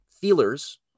feelers